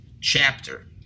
chapter